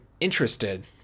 interested